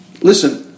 listen